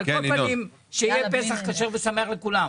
על כל פנים, שיהיה פסח כשר ושמח לכולם.